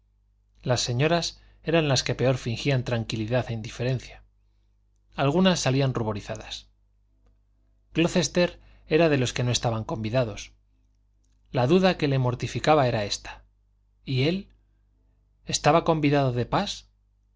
las señoras eran las que peor fingían tranquilidad e indiferencia algunas salían ruborizadas glocester era de los que no estaban convidados la duda que le mortificaba era esta y él estaba convidado de pas